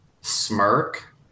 smirk